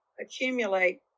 accumulate